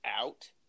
out